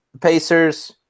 Pacers